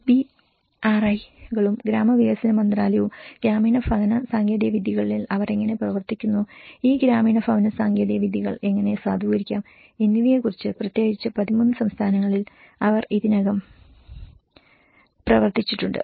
സിബിആർഐകളും ഗ്രാമവികസന മന്ത്രാലയവുംഗ്രാമീണ ഭവന സാങ്കേതികവിദ്യകളിൽ അവർ എങ്ങനെ പ്രവർത്തിക്കുന്നു ഈ ഗ്രാമീണ ഭവന സാങ്കേതിക വിദ്യകൾ എങ്ങനെ സാധൂകരിക്കാം എന്നിവയെക്കുറിച്ച പ്രത്യേകിച്ച് 13 സംസ്ഥാനങ്ങളിൽ അവർ ഇതിനകം പ്രവർത്തിച്ചിട്ടുണ്ട്